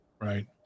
Right